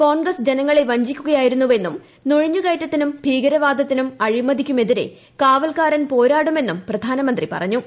കോൺഗ്രസ് ജനങ്ങളെ വഞ്ചിക്കുകയായിരുന്നുവെന്നും നുഴഞ്ഞുകയറ്റത്തിനും ഭീകരവാദത്തിനും അഴിമതിക്കുമെതിരെ കാവൽക്കാരൻ പോരാടുമെന്നും പ്രധാനമന്ത്രി പറഞ്ഞു